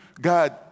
God